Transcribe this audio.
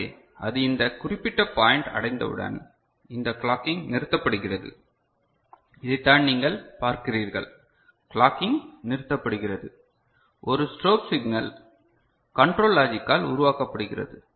எனவே அது இந்த குறிப்பிட்ட பாயிண்ட் அடைந்தவுடன் இந்த கிளாக்கிங் நிறுத்தப்படுகிறது இதைத்தான் நீங்கள் பார்க்கிறீர்கள் கிளாக்கிங் நிறுத்தப்படுகிறது ஒரு ஸ்ட்ரோப் சிக்னல் கண்ட்ரோல் லாஜிக்கால் உருவாக்கப்படுகிறது